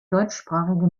deutschsprachige